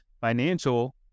financial